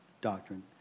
doctrine